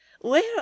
where